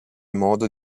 modo